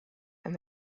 and